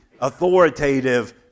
authoritative